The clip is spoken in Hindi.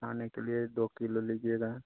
खाने के लिए दो किलो लीजिएगा